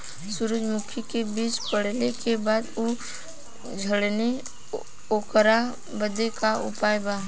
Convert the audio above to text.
सुरजमुखी मे बीज पड़ले के बाद ऊ झंडेन ओकरा बदे का उपाय बा?